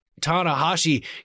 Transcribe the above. Tanahashi